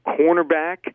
cornerback